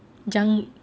jang~